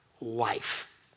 life